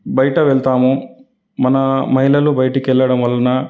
బయట వెళతాము మన మహిళలు బయటకి వెళ్ళడం వలన